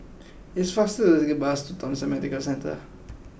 it is faster to take the bus to Thomson Medical Centre